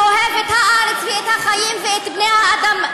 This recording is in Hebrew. מי שאוהב את הארץ ואת החיים ואת בני-האדם,